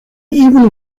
even